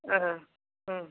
അ ആ